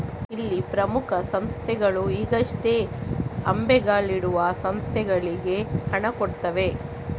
ಇಲ್ಲಿ ಪ್ರಮುಖ ಸಂಸ್ಥೆಗಳು ಈಗಷ್ಟೇ ಅಂಬೆಗಾಲಿಡುವ ಸಂಸ್ಥೆಗಳಿಗೆ ಹಣ ಕೊಡ್ತವೆ